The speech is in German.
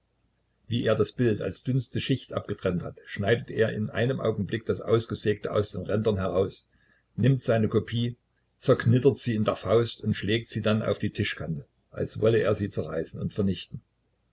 wie er das bild als dünnste schicht abgetrennt hat schneidet er in einem augenblick das ausgesägte aus den rändern heraus nimmt seine kopie zerknittert sie in der faust und schlägt sie dann auf die tischkante als wolle er sie zerreißen und vernichten